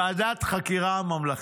ועדת חקירה ממלכתית.